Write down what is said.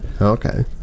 Okay